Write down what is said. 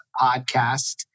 podcast